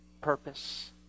purpose